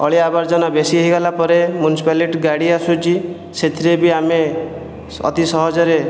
ଅଳିଆ ଆବର୍ଜନା ବେଶି ହୋଇଗଲା ପରେ ମ୍ୟୁନିସିପାଲିଟି ଗାଡ଼ି ଆସୁଛି ସେଥିରେ ବି ଆମେ ଅତି ସହଜରେ